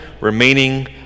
remaining